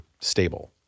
stable